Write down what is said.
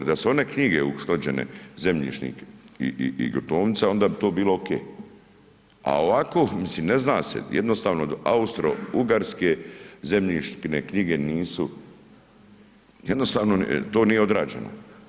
Da su one knjige usklađene, zemljišnik i gruntovnica, onda bi to bilo okej, a ovako, mislim ne zna se, jednostavno Austro-Ugarske zemljišne knjige nisu jednostavno, to nije odrađeno.